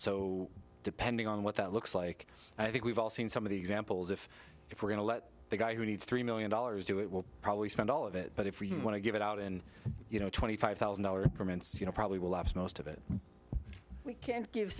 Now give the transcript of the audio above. so depending on what that looks like i think we've all seen some of the examples if if we're going to let the guy who needs three million dollars do it will probably spend all of it but if you want to give it out and you know twenty five thousand dollars you know probably most of it we can't give